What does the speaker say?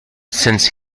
since